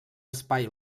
espai